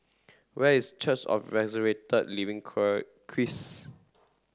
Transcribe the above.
where is Church of Living Christ